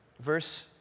verse